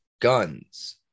guns